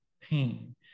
pain